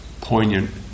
poignant